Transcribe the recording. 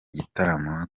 igitaramo